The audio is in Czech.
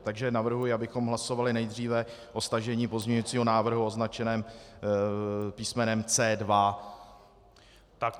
Takže navrhuji, abychom hlasovali nejdříve o stažení pozměňujícího návrhu označeného písmenem C2.